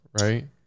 right